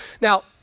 Now